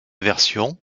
versions